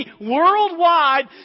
worldwide